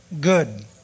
good